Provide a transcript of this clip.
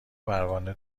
پروانه